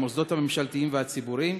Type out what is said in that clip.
במוסדות הממשלתיים והציבוריים,